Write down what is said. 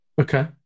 Okay